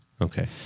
Okay